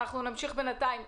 נמשיך בינתיים.